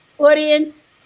Audience